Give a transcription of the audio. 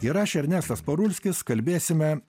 ir aš ernestas parulskis kalbėsime